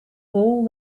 all